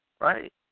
right